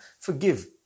Forgive